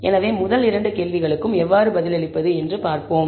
எனவே முதல் இரண்டு கேள்விகளுக்கு எவ்வாறு பதிலளிப்பது என்று பார்ப்போம்